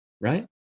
right